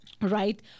right